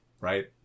Right